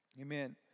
Amen